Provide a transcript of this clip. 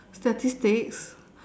statistics